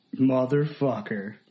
Motherfucker